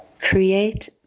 Create